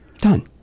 Done